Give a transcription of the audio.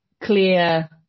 clear